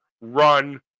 run